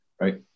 Right